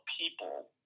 people